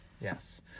Yes